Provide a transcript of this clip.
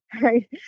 Right